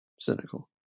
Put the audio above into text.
cynical